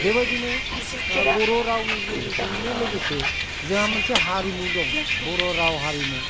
बेबायदिनो बर' रावनिजोंनो लोगोसे जोंहा मोनसे हारिमु दं बर' राव हारिमु